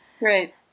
right